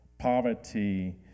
Poverty